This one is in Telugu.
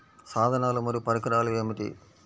సాధనాలు మరియు పరికరాలు ఏమిటీ?